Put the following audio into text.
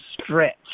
stretch